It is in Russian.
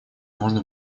можно